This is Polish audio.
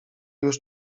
już